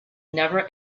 never